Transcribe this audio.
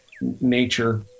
nature